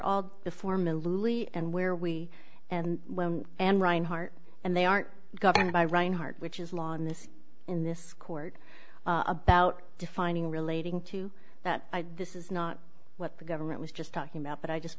miliary and where we and and reinhart and they are governed by rinehart which is law in this in this court about defining relating to that this is not what the government was just talking about but i just